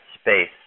space